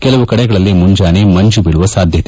ಕೆಲವು ಕಡೆಗಳಲ್ಲಿ ಮುಂಜಾನೆ ಮಂಜು ಬೀಳುವ ಸಾಧ್ಯತೆ